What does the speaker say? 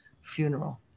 funeral